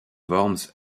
worms